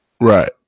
Right